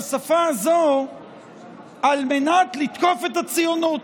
על מנת לתקוף את הציונות.